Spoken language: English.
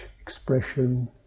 expression